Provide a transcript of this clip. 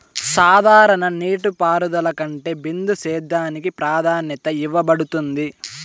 సాధారణ నీటిపారుదల కంటే బిందు సేద్యానికి ప్రాధాన్యత ఇవ్వబడుతుంది